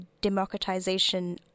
democratization